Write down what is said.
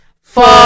four